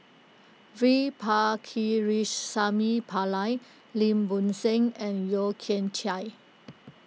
V Pakirisamy Pillai Lim Bo Seng and Yeo Kian Chye